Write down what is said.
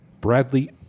Bradley